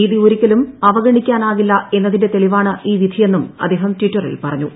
നീതി ഒരിക്കലും അവഗണിക്കാനാകില്ല എന്നതിന്റെ തെളിവാണ് ഈ വിധിയെന്നും അദ്ദേഹം ട്വീറ്ററിൽ പറഞ്ഞു